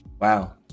Wow